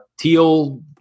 teal